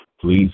please